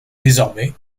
désormais